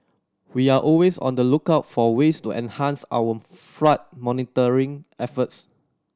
we are always on the lookout for ways to enhance our flood monitoring efforts